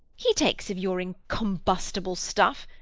he takes of your incombustible stuff,